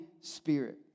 Spirit